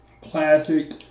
plastic